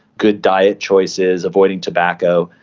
good diet choices, avoiding tobacco,